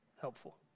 helpful